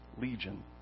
Legion